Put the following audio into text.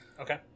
Okay